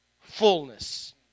fullness